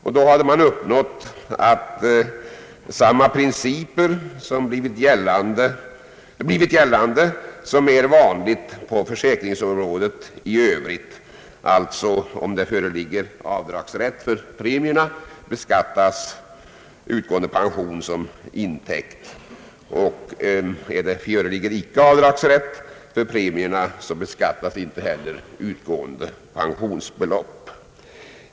Då hade man tillämpat samma principer som är vanliga på försäkringsområdet i övrigt. Om det föreligger avdragsrätt för premierna skall alltså utgående pension beskattas som intäkt, och föreligger icke avdragsrätt för premierna så beskattas icke heller utgående pensionsbelopp.